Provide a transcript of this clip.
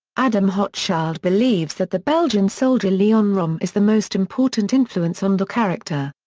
adam hochschild believes that the belgian soldier leon rom is the most important influence on the character.